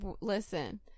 listen